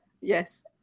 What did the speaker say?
yes